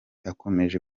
akomeje